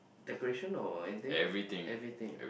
decoration or I think everything